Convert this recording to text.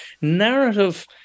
narrative